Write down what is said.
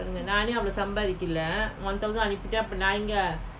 every month send one thousand two thousand